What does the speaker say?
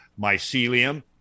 Mycelium